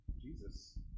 Jesus